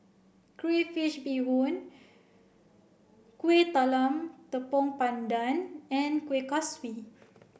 Crayfish Beehoon Kueh Talam Tepong Pandan and Kuih Kaswi